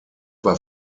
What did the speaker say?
war